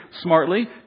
smartly